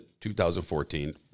2014